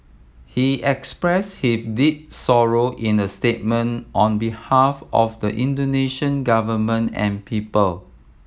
he expressed his deep sorrow in a statement on behalf of the Indonesian Government and people